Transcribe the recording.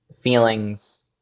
feelings